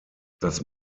das